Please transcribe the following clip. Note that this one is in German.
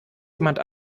jemand